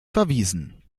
verwiesen